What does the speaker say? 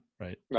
Right